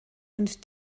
und